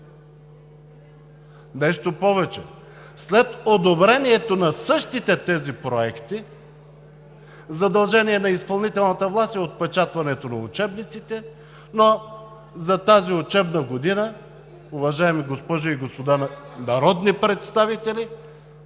Нещо повече, след одобрението на същите тези проекти задължение на изпълнителната власт е отпечатването на учебниците, но за тази учебна година, уважаеми госпожи и господа народни представители,